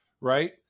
right